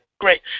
Great